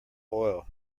oil